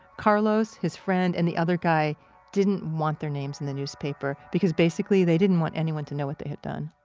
carlos, his friend, and the other guy didn't want their names in the newspaper because basically they didn't want anyone to know what they had done.